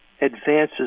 advances